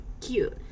cute